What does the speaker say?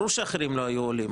ברור שאחרים לא היו עולים.